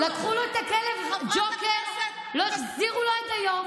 לקחו לו את הכלב, ג'וקר, לא החזירו לו עד היום.